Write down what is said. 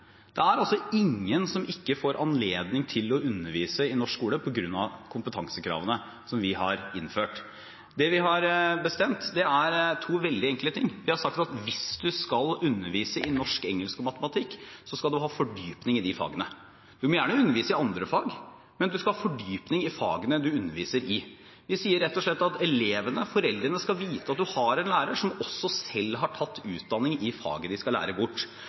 Det er ingen som ikke får anledning til å undervise i norsk skole på grunn av kompetansekravene som vi har innført. Det vi har bestemt, er to veldig enkle ting: Vi har sagt at hvis man skal undervise i norsk, engelsk og matematikk, skal man ha fordypning i de fagene. Man må gjerne undervise i andre fag, men man skal ha fordypning i de fagene man underviser i. Vi sier rett og slett at elevene, foreldrene, skal vite at man har en lærer som også selv har tatt utdanning i faget de skal lære bort.